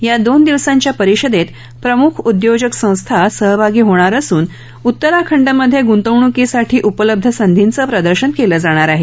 या दोन दिवसांच्या परिषदेत प्रमुख उद्योजक संस्था सहभागी होणार असून उत्तराखंड मध्ये गृंतवणूकीसाठी उपलब्ध संधीचं प्रदर्शन केलं जाणार आहे